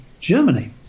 Germany